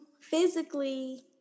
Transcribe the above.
Physically